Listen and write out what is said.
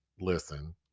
Listen